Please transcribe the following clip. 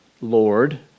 Lord